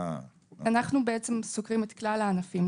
אנחנו סוקרים את כלל הענפים,